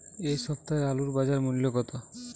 এ সপ্তাহের আলুর বাজার মূল্য কত?